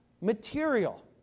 material